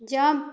jump